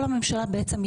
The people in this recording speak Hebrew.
כל הממשלה